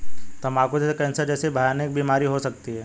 तंबाकू से कैंसर जैसी भयानक बीमारियां हो सकती है